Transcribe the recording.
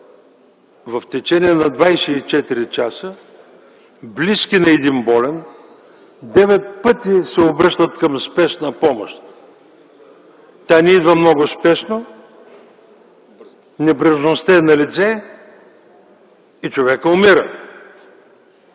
в течение на 24 часа близки на един болен девет пъти се обръщат към Спешна помощ. Тя не идва много спешно, небрежността е налице и човекът умира.